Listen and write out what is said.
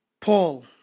Paul